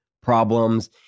problems